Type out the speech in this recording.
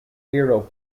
hero